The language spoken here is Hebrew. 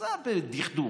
נמצא בדכדוך,